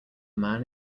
man